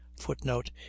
footnote